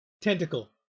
tentacle